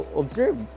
observe